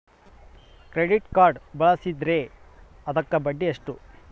Credit card ಬಳಸಿದ್ರೇ ಅದಕ್ಕ ಬಡ್ಡಿ ಎಷ್ಟು?